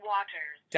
Waters